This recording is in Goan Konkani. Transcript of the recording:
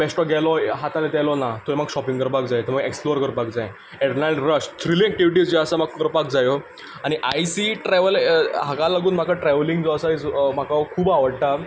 बेश्टो गेलो हात हालयत येलो ना थंय म्हाक शॉपिंग करपाक जाय थंय म्हाका एक्सप्लोर करपाक जाय एड्रनलीन रश थ्रिलिंग एक्टिविटीज ज्यो आसा त्यो म्हाका करपाक जायो आनी आय सी ट्रॅव्हल हाका लागून म्हाका ट्रॅव्हलिंग जो आसा म्हाका खूब आवडटा